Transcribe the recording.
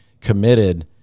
committed